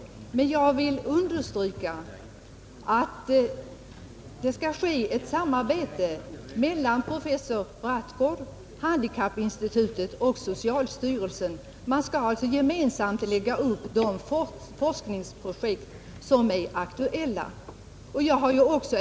Jag vill poängtera att det skall ske ett samarbete mellan professor Brattgård, handikappinstitutet och socialstyrelsen när det gäller planering av projekt som skall bedrivas i Göteborg.